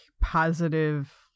positive